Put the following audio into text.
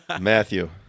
Matthew